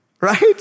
Right